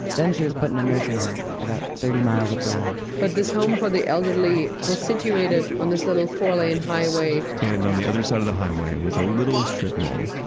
then she was put in a nursing home about thirty miles up the road. but this home for the elderly was situated on this little four lane highway. and on the other side of the highway was a little strip mall,